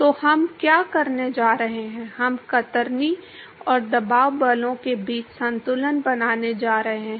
तो हम क्या करने जा रहे हैं हम कतरनी और दबाव बलों के बीच संतुलन बनाने जा रहे हैं